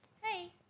Hey